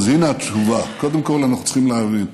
ואנחנו נגמור את זה בהערות.